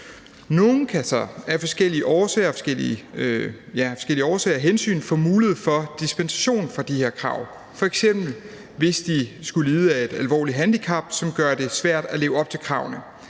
Nogle kan så af forskellige årsager og hensyn få mulighed for dispensation for de her krav, f.eks. hvis de skulle lide af et alvorligt handicap, som gør det svært at leve op til kravene.